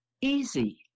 easy